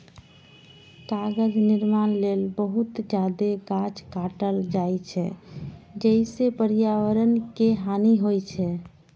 कागज निर्माण लेल बहुत जादे गाछ काटल जाइ छै, जइसे पर्यावरण के हानि होइ छै